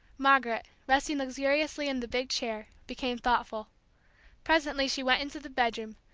margaret, resting luxuriously in the big chair, became thoughtful presently she went into the bedroom,